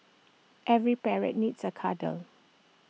every parrot needs A cuddle